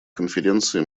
конференции